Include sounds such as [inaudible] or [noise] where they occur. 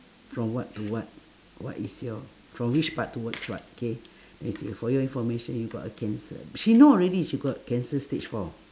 from what to what what is your from which part to which part okay then [breath] say for your information you got a cancer she know already she got cancer stage four